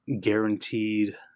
guaranteed